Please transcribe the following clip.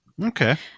Okay